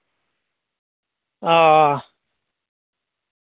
आ